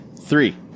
three